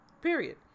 period